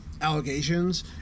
allegations